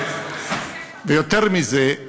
ויותר מזה,